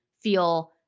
feel